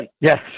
Yes